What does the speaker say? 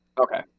Okay